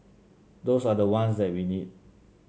those are the ones that we need